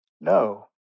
no